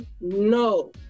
no